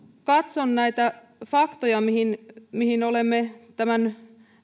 katson näitä faktoja mihin mihin olemme tämän